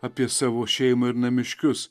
apie savo šeimą ir namiškius